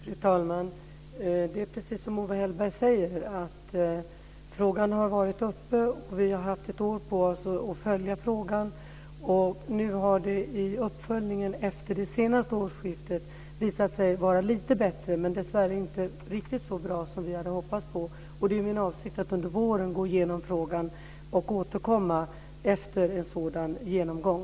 Fru talman! Det är precis som Owe Hellberg säger. Frågan har varit uppe. Vi har haft ett år på oss att följa frågan. Nu har det i uppföljningen efter det senaste årsskiftet visat sig vara lite bättre, men dessvärre inte riktigt så bra som vi hade hoppats på. Det är min avsikt att under våren gå igenom frågan och återkomma efter en sådan genomgång.